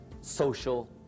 social